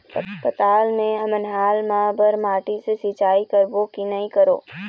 पताल मे हमन हाल मा बर माटी से सिचाई करबो की नई करों?